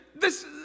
This